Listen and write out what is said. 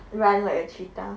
run like a cheetah